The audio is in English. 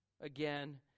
again